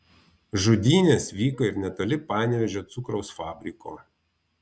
žudynės vyko ir netoli panevėžio cukraus fabriko